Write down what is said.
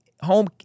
home